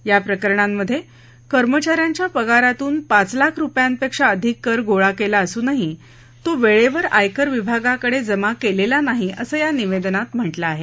या प्रकरणांमधे कर्मचा यांच्या पगारातून पाच लाख रुपयांपेक्षा आधिक कर गोळा केला असूनही तो वेळेवर आयकर विभागाकडे जमा केलेला नाही असं या निवेदनात म्हटलं आहे